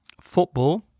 football